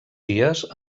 dies